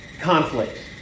conflict